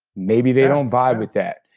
maybe they don't vibe with that,